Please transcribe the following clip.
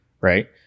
right